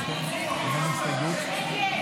הוועדה, נתקבל.